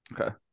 Okay